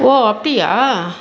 ஓ அப்படியா